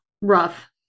rough